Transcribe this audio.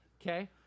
Okay